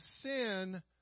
sin